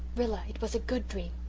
rilla, it was a good dream.